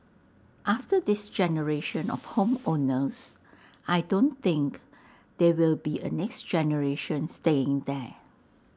after this generation of home owners I don't think there will be A next generation staying there